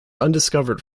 undiscovered